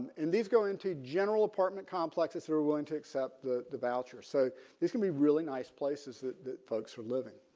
and these go into general apartment complexes that are willing to accept the the voucher. so this can be really nice places that that folks were living.